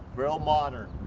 real modern.